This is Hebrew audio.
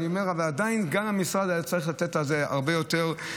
אני אומר אבל עדיין גם המשרד היה צריך לתת לזה הרבה יותר,